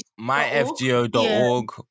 myfgo.org